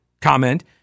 comment